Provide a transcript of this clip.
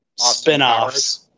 spinoffs